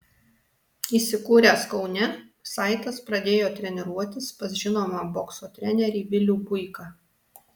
įsikūręs kaune saitas pradėjo treniruotis pas žinomą bokso trenerį vilių buiką